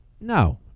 No